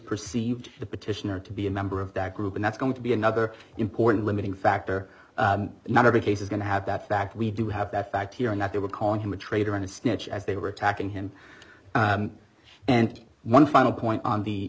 perceived the petitioner to be a member of that group and that's going to be another important limiting factor not every case is going to have that fact we do have that fact here and that they were calling him a traitor and a snitch as they were attacking him and one final point on the